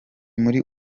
muri